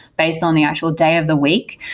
based on the actual day of the week?